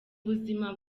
buzima